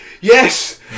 yes